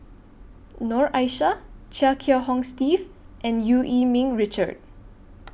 Noor Aishah Chia Kiah Hong Steve and EU Yee Ming Richard